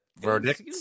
verdict